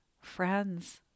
Friends